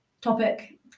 topic